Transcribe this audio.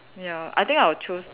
ya I think I will choose